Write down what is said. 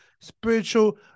spiritual